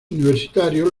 universitarios